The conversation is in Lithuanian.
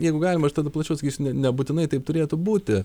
jeigu galima aš tada plačiau atsakysiu ne nebūtinai taip turėtų būti